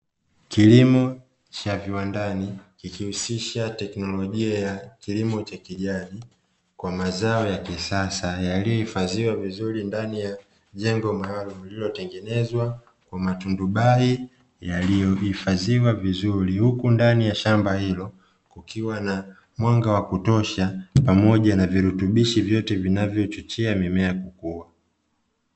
Kilimo cha viwandani kikihusisha teknolojia ya kilimo cha kijani kwa mazao ya kisasa yaliyohifadhiwa vizuri ndani jengo maalumu lililotengenezwa kwa maturubai yaliyohifadhiwa vizuri. Huku ndani ya shamba hilo kukiwa na mwanga wa kutosha pamoja na virutubishi vyote vinavyochochea mimea kukua.